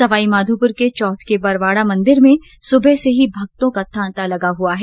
सवाईमाघोपुर के चौथ के बरवाडा मंदिर में सुबह से भक्तों का तांता लगा हुआ है